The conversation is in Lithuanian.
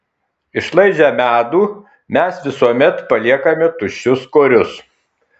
išlaižę medų mes visuomet paliekame tuščius korius